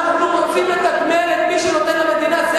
אנחנו רוצים לתגמל את מי שנותן למדינה.